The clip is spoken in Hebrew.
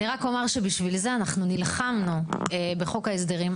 אני רק אומר שבשביל זה אנחנו נלחמנו בחוק ההסדרים,